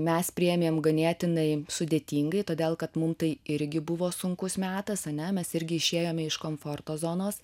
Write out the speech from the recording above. mes priėmėm ganėtinai sudėtingai todėl kad mum tai irgi buvo sunkus metas ane mes irgi išėjome iš komforto zonos